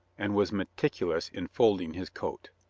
and was meticulous in fold ing his coat.